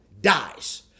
dies